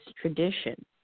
tradition